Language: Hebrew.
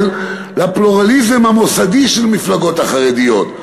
לפלורליזם המוסדי של המפלגות החרדיות.